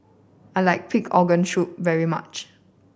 I like pig organ soup very much